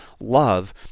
love